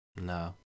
no